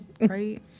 right